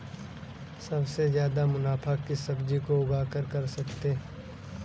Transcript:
सबसे ज्यादा मुनाफा किस सब्जी को उगाकर कर सकते हैं?